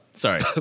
Sorry